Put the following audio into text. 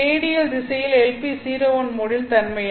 radial திசையில் LP01 மோடின் தன்மை என்ன